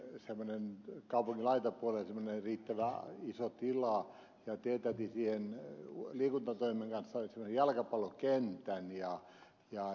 salossa itselläni on kaupungin laitapuolella semmoinen riittävän iso tila ja teetätin sinne liikuntatoimen kanssa jalkapallokentän